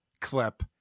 clip